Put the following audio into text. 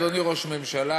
אדוני ראש הממשלה,